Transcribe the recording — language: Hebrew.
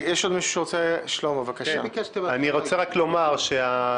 אני רוצה רק לומר שיהיה